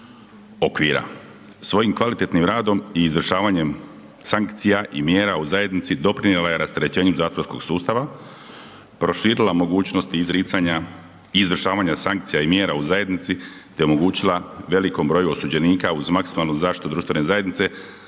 Svojim kvalitetnim radom i izvršavanjem sankcija i mjera u zajednici, doprinijela je rasterećenju zatvorskog sustava, proširila mogućnosti izricanja i izvršavanja sankcija i mjera u zajednici te omogućila velikom broju osuđenika uz maksimalnu zaštitu društvene zajednice,